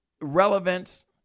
relevance